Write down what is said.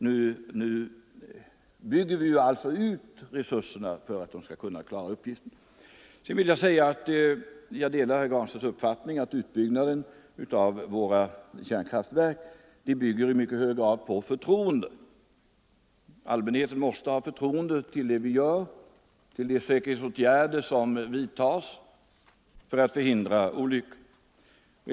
Nu bygger vi ut resurserna för att inspektionen skall kunna klara denna uppgift. Jag delar herr Granstedts uppfattning att utbyggnaden av våra kärnkraftverk i mycket hög grad bygger på förtroende. Allmänheten måste ha förtroende för de säkerhetsåtgärder vi vidtar för att förhindra olyckor.